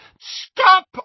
Stop